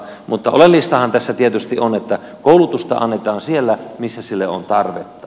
mutta oleellistahan tässä tietysti on että koulutusta annetaan siellä missä sille on tarvetta